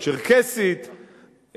הצ'רקסית,